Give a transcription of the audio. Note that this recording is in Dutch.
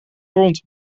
rond